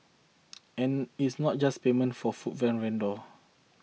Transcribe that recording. and it's not just payment for food from vendor